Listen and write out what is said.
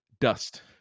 dust